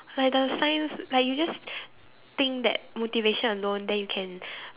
like the science like you just think that motivation alone then you can